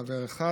חבר אחד,